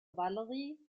valerie